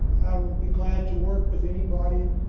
i will be glad to work with anybody,